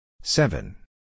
Seven